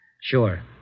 Sure